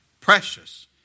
Precious